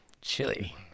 chili